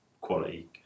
quality